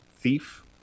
thief